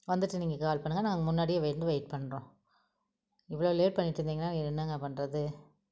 வந்துட்டு நீங்கள் கால் பண்ணுங்கள் நாங்கள் முன்னாடியே வந்து வெயிட் பண்ணுறோம் இவ்வளவு லேட் பண்ணிக்கிட்டு இருந்திங்கனால் என்னங்க பண்ணுறது